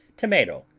tomato,